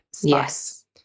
Yes